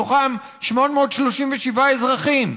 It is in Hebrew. מתוכם 837 אזרחים,